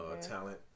talent